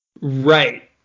Right